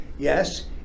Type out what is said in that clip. Yes